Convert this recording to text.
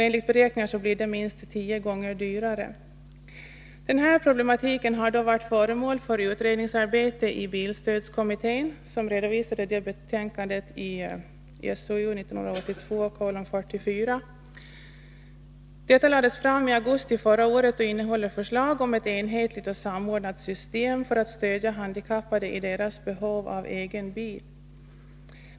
Enligt beräkningar blir det minst tio gånger dyrare. Den här problematiken har varit föremål för utredningsarbete i bilstödskommittén, som redovisat sitt resultat i betänkandet SOU 1982:44. Detta lades fram i augusti förra året och innehåller förslag om ett enhetligt och samordnat system för att stödja handikappade när det gäller deras behov av egen bil.